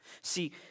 See